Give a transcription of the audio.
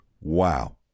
wow